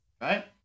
right